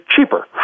cheaper